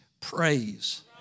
praise